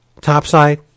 topside